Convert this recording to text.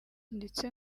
ndetse